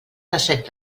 dèsset